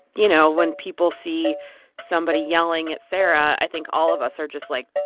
you know, when people see somebody yelling at sarah, i think all of us are just like,